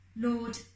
Lord